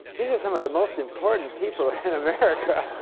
these are some of the most important people in america.